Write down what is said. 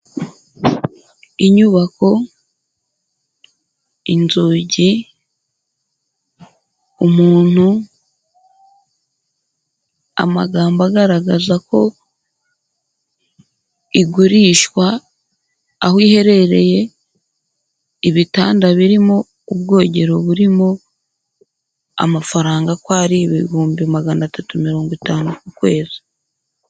Inyubako, inzugi, umuntu, amagambo agaragaza ko igurishwa, aho iherereye, ibitanda birimo, ubwogero burimo, amafaranga ko ari ibihumbi magana atatu mirongo itanu ku kwezi.